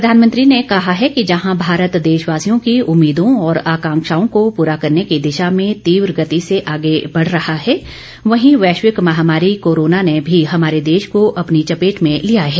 प्रधानमंत्री ने कहा है कि जहां भारत देशवासियों की उम्मीदों और आकांक्षाओं को पूरा करने की दिशा में तीव्र गति से आगे बढ़ रहा है वहीं वैश्विक महामारी कोरोना ने भी हमारे देश को अपनी चपेट में लिया है